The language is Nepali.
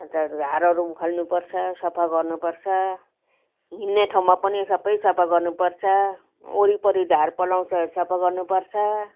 अन्त झारहरू उखाल्नुपर्छ सफा गर्नुपर्छ हिँड्ने ठाउँमा पनि सबै सफा गर्नुपर्छ वरिपरि झार पलाउँछ सफा गर्नुपर्छ